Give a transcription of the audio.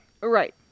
Right